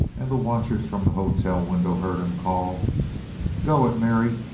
and the watchers from the hotel window heard him call go it, mary.